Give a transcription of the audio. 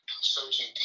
searching